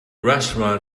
restaurant